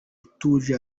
utuje